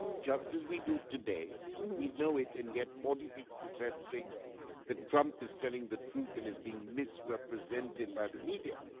just as we do today. we know it, and yet forty six percent think that trump is telling the truth and is being misrepresented by the media.